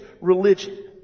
religion